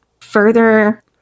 further